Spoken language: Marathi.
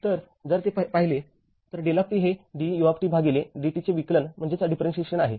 तरजर ते पाहिले तर δ हे du भागिले d t चे विकलन आहे